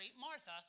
Martha